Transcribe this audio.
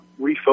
refocus